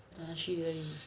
拿去呗